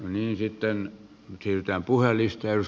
sitten siirrytään puhujalistaan